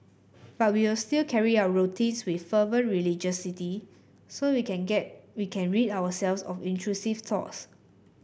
but we will still carry out routines with fervent religiosity so we can get we can rid ourselves of intrusive thoughts